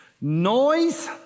Noise